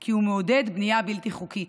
כי הוא מעודד בנייה בלתי חוקית.